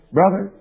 Brother